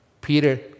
Peter